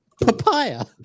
Papaya